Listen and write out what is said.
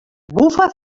bufa